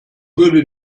würde